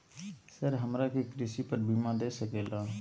Sir हमरा के कृषि पर बीमा दे सके ला?